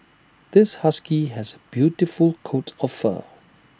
this husky has A beautiful coat of fur